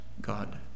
God